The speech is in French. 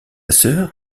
sœur